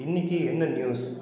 இன்னைக்கி என்ன நியூஸ்